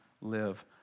live